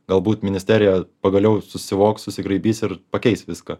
galbūt ministerija pagaliau susivoks susigraibys ir pakeis viską